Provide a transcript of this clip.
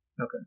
Okay